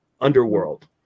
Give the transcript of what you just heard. Underworld